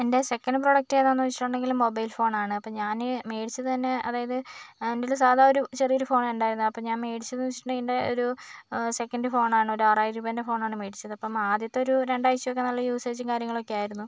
എൻ്റെ second product ഏതാണ് ചോദിച്ചിട്ടുണ്ടെങ്കില് മൊബൈൽ ഫോണാണ് അപ്പം ഞാന് മേടിച്ചു തന്നെ അതായത് എന്റേൽ സാധാ ഒരു ചെറിയ ഫോണാണ് ഉണ്ടായിരുന്നത് അപ്പം ഞാൻ മേടിച്ചത് എന്ന് വെച്ചിട്ടുണ്ടങ്കിൽ ഒരു സെക്കന്റ് ഫോണാണ് ഒരുആറായിരം രൂപൻ്റെ ഫോണാണ് മേടിച്ചത് അപ്പം ആദ്യത്തെ ഒരു രണ്ടാഴ്ചയൊക്കെ നല്ല യുസേജും കാര്യങ്ങളൊക്കെ ആയിരുന്നു